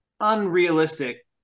unrealistic